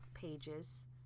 pages